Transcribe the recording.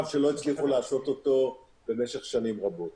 שלא הצליחו לעשות אותו במשך שנים רבות.